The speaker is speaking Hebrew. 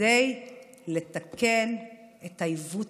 כדי לתקן את העיוות